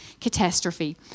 catastrophe